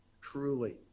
truly